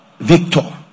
Victor